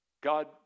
God